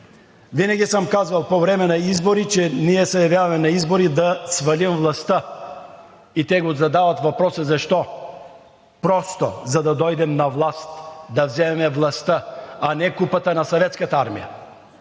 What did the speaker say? Винаги съм казвал, че по време на избори ние се явяваме на избори, за да свалим властта, те задават въпроса: „Защо?“ Просто! За да дойдем на власт, да вземем властта, а не Купата на Съветската армия.